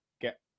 get